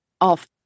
off